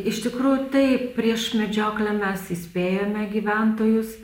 iš tikrųjų taip prieš medžioklę mes įspėjome gyventojus